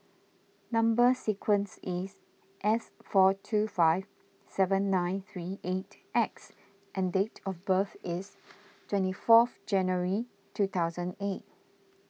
Number Sequence is S four two five seven nine three eight X and date of birth is twenty fourth January two thousand eight